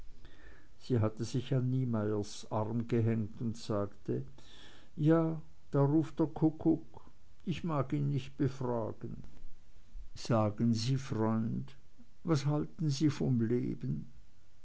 sie hatte sich an niemeyers arm gehängt und sagte ja da ruft der kuckuck ich mag ihn nicht befragen sagen sie freund was halten sie vom leben